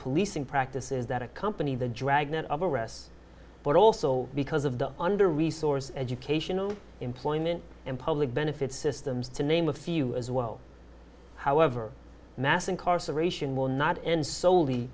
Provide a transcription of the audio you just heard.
policing practices that accompany the dragnet of arrests but also because of the under resourced educational employment and public benefits systems to name a few as well however mass incarceration will not end sole